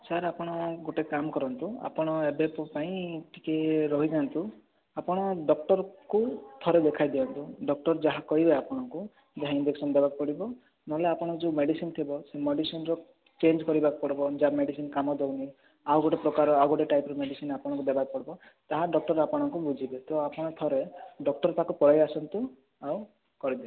sir ଆପଣ ଗୋଟେ କାମକରନ୍ତୁ ଆପଣ ଏବେ ପାଇଁ ଟିକିଏ ରହିଯାଆନ୍ତୁ ଆପଣ ଡ଼କ୍ଟରଙ୍କୁ ଥରେ ଦେଖାଇଦିଅନ୍ତୁ ଡ଼କ୍ଟର ଯାହା କହିବେ ଆପଣଙ୍କୁ ଯାହା ଇଞ୍ଜେକସନ୍ ଦେବାକୁ ପଡ଼ିବ ନହେଲେ ଆପଣଙ୍କ ଯୋଉ ମେଡ଼ିସିନ୍ ଥିବ ସେଇ ମେଡ଼ିସିନ୍ ର ଚେଞ୍ଜ କରିବାକୁ ପଡ଼ିବ ଯା ମେଡ଼ିସିନ୍ କାମ ଦେଉନି ଆଉ ଗୋଟେ ପ୍ରକାର ଆଉ ଟାଇପ୍ ର ମେଡ଼ିସିନ୍ ଆପଣଙ୍କୁ ଦେବାକୁ ପଡ଼ିବ ତାହା ଡ଼କ୍ଟର ଆପଣଙ୍କୁ ବୁଝିବେ ତ ଆପଣ ଥରେ ଡକ୍ଟର ପାଖକୁ ପଳେଇଆସନ୍ତୁ ଆଉ କରିଦିଅନ୍ତୁ